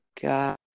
god